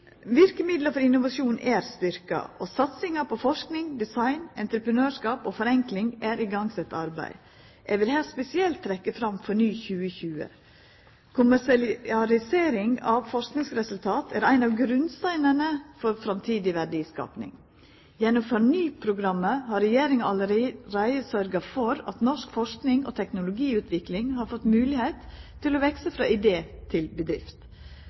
Verkemidla for innovasjon er styrkte, og satsinga på forsking, design, entreprenørskap og forenkling er eit arbeid som er sett i gang. Eg vil her spesielt trekkja fram FORNY 2020. Kommersialisering av forskingsresultat er ein av grunnsteinane for framtidig verdiskaping. Gjennom FORNY-programmet har regjeringa allereie sytt for at norsk forsking og teknologiutvikling har fått moglegheit til å veksa frå idé til bedrift.